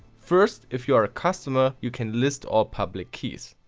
first, if you are a customer you can list all public keys.